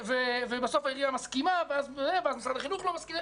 בסוף העירייה מסכימה ואז משרד החינוך לא מסכים,